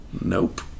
Nope